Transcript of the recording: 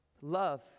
Love